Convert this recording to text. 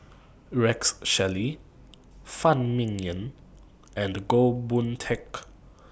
Rex Shelley Phan Ming Yen and Goh Boon Teck